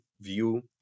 view